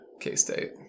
K-State